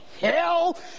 hell